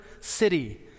city